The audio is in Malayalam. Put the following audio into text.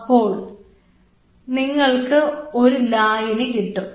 അപ്പോൾ നിങ്ങൾക്ക് ഒരു ലായനി കിട്ടും